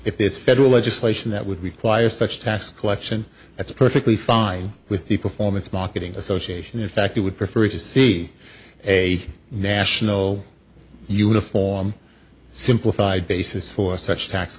this federal legislation that would require such tax collection that's perfectly fine with the performance marketing association in fact i would prefer to see a national uniform simplified basis for such tax